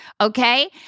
okay